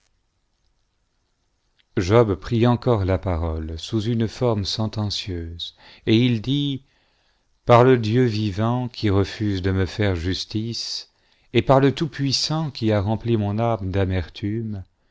job prit encore la parole sous une forme sentencieuse et il dit par le dieu vivant qui refuse de me faire justice et par le tout-puissant qui a rempli mon âme d'amertume